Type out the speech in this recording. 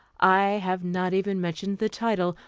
i have not even mentioned the title,